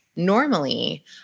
Normally